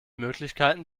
möglichkeiten